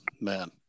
man